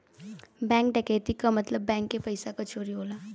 bank डकैती क मतलब बैंक के पइसा क चोरी होला